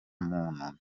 muntu